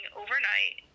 overnight